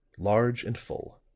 large and full.